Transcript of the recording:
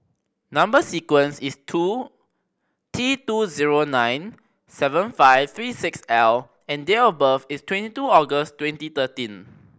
number sequence is two T two zero nine seven five three six L and date of birth is twenty two August twenty thirteen